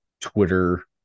Twitter